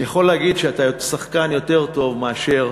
אני יכול להגיד שאתה שחקן יותר טוב מאשר